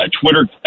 Twitter